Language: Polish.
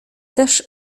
też